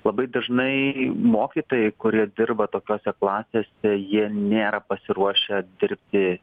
labai dažnai mokytojai kurie dirba tokiose klasėse jie nėra pasiruošę dirbti